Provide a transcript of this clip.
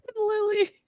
Lily